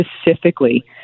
specifically